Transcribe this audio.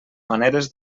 maneres